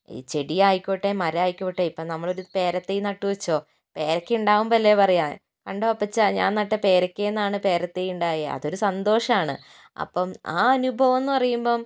ഈ ചെടിയായിക്കോട്ടെ മരമായിക്കോട്ടെ ഇപ്പോൾ നമ്മളൊരു പേരത്തൈ നട്ടുവെന്നു വെച്ചോ പേരക്ക ഉണ്ടാവുമ്പോൾ അല്ലേ പറയുക കണ്ടോ അപ്പച്ചാ ഞാൻ നട്ട പേരക്കയിൽനിന്നാണ് പേരത്തൈ ഉണ്ടായത് അതൊരു സന്തോഷമാണ് അപ്പോൾ ആ അനുഭവമെന്നു പറയുമ്പോൾ